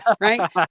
Right